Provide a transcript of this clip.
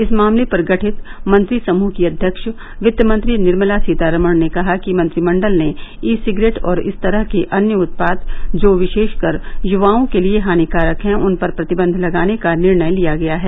इस मामले पर गठित मंत्री समृह की अध्यक्ष वित्तमंत्री निर्मला सीतारामन ने कहा कि मंत्रिमण्डल ने ई सिगरेट और इस तरह के अन्य उत्पाद जो विशेषकर युवाओं के लिए हानिकारक हैं उनपर प्रतिबंध लगाने का निर्णय लिया है